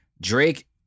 Drake